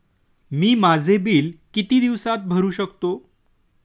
मी माझे बिल किती दिवसांत भरू शकतो?